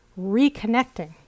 reconnecting